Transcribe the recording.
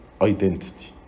identity